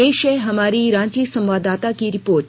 पेश है हमारी रांची संवाददाता की रिपोर्ट